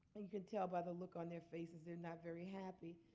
and you can tell by the look on their faces they're not very happy.